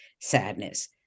sadness